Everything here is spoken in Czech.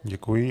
Děkuji.